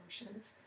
emotions